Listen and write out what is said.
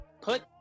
put